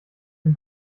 dem